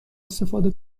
استفاده